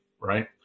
Right